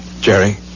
Jerry